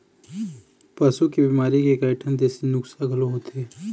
पशु के बिमारी के कइठन देशी नुक्सा घलोक होथे